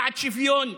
בעד שוויון,